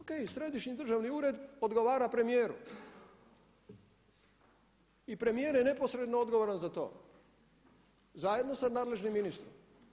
OK, središnji državni ured odgovara premijeru i premijer je neposredno odgovoran za to zajedno sa nadležnim ministrom.